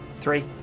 Three